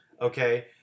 okay